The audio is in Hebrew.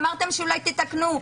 ואמרתם שאולי תתקנו,